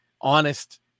honest